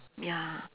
ya